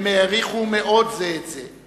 הם העריכו מאוד זה את זה.